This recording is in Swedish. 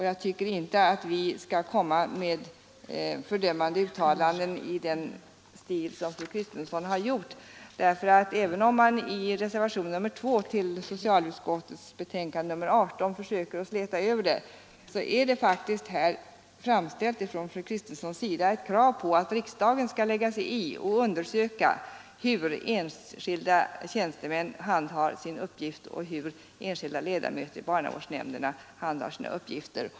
Jag tycker inte att vi skall komma med fördömande uttalanden i den stil som fru Kristensson har anfört. Även om man i reservationen 2 till socialutskottets betänkande nr 18 försöker släta över det, så har faktiskt fru Kristensson här framställt ett krav på att riksdagen skall lägga sig i och undersöka hur enskilda tjänstemän och enskilda ledamöter i barnavårdsnämnderna handhar sina uppgifter.